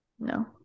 No